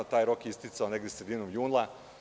Taj rok je isticao negde sredinom juna.